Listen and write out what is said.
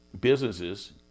businesses